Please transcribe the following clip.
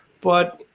but